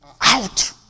Out